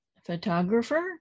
photographer